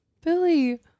Billy